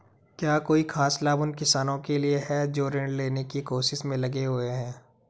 क्या कोई खास लाभ उन किसानों के लिए हैं जो ऋृण लेने की कोशिश में लगे हुए हैं?